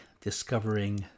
discovering